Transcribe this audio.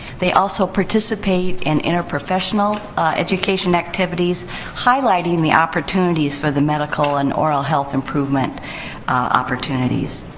they also participate in interprofessional education activities highlighting the opportunities for the medical and oral health improvement opportunities.